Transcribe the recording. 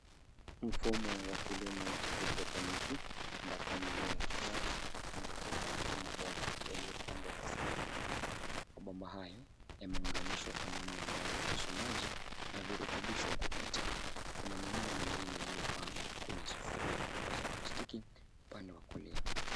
Mfumo wa kilimo cha hydroponic ambapo mimea ikipandwa imekuwa katika mapomba yaliopangwa kwa safu. Mapomba hayo yameunganishwa kwa namna inayoruhusu maji na virutubisho kupita. Kuna mimea mingine iliopandwa kwenye sufuria kubwa za plastiki upande wa kulia.